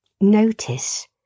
Notice